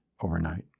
overnight